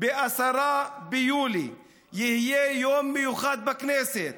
ב-10 ביולי יהיה יום מיוחד בכנסת,